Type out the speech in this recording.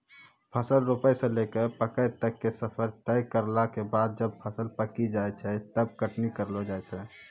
फसल रोपै स लैकॅ पकै तक के सफर तय करला के बाद जब फसल पकी जाय छै तब कटनी करलो जाय छै